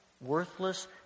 worthless